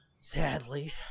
Sadly